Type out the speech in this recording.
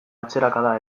atzerakada